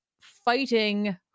fighting